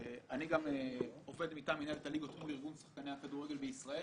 אני גם עובד מטעם מנהלת הליגות בכל ארגון שחקני הכדורגל בישראל,